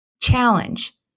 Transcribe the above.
challenge